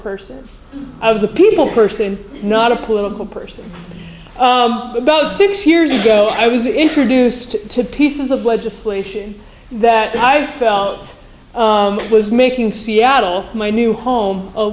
person i was a people person not a political person six years ago i was introduced to pieces of legislation that i felt was making seattle my new home a